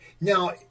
Now